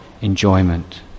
enjoyment